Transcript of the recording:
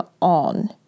on